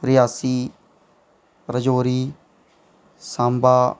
Reasi Rajouri Samba